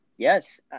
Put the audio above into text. Yes